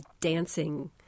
dancing